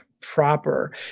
proper